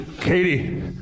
Katie